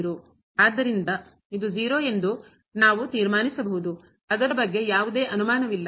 ಆದ್ದರಿಂದ ಇದು 0 ಎಂದು ನಾವು ತೀರ್ಮಾನಿಸಬಹುದು ಅದರ ಬಗ್ಗೆ ಯಾವುದೇ ಅನುಮಾನವಿಲ್ಲ